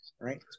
Right